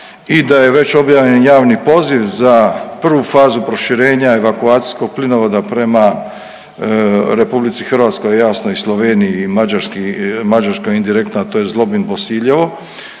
i da je već objavljen javni poziv za prvu fazu proširenja evakuacijskog plinovoda prema RH, jasno i Sloveniji i Mađarski, Mađarskoj indirektno, a to je Zlobin-Bosiljevo